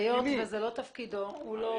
אז היות שזה לא תפקידו -- לא,